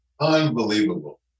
Unbelievable